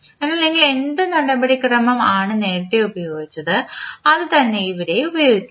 അതിനാൽ നിങ്ങൾ എന്ത് നടപടിക്രമം ആണു നേരത്തെ ഉപയോഗിച്ചത് അതുതന്നെ ഇവിടെയും ഉപയോഗിക്കുന്നു